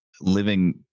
living